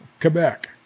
Quebec